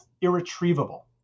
irretrievable